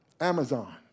Amazon